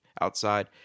outside